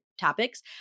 topics